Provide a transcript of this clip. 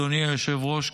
אדוני היושב-ראש,